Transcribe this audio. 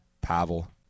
Pavel